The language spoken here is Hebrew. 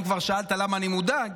אם כבר שאלת למה אני מודאג,